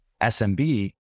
SMB